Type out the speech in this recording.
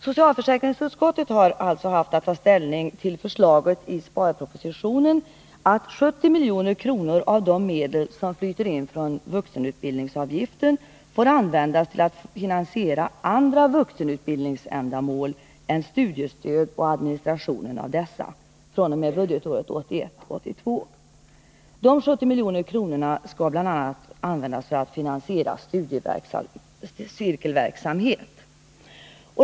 Socialförsäkringsutskottet har alltså haft att ta ställning till förslaget i sparpropositionen att 70 milj.kr. av de medel som flyter in från vuxenutbildningsavgiften skall få användas till att finansiera andra vuxenutbildningsändamål än studiestöd och administration av dessa fr.o.m. budgetåret 1981/82. Dessa 70 milj.kr. skall bl.a. användas till att finansiera studiecirkelverksamhet.